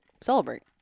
celebrate